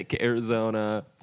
Arizona